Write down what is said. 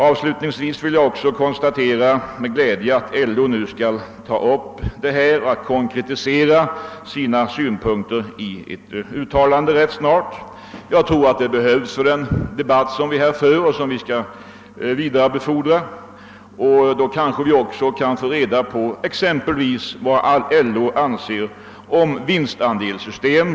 Avslutningsvis konstaterar jag med glädje att LO nu skall ta upp denna fråga och ganska snart konkretisera sina synpunkter i ett uttalande. Det tror jag behövs för den debatt vi här för och som vi skall föra vidare. Då kanske vi också kan få reda på vad man på LO håll anser om vinstandelssystemet.